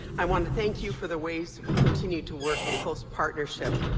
i want to thank you for the ways we continue to work in close partnership.